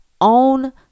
own